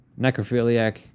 necrophiliac